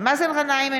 מאזן גנאים,